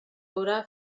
haurà